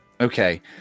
okay